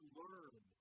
learn